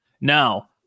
Now